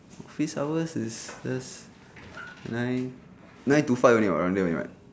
office hours is just nine nine to five only [what] around there only [what]